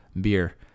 beer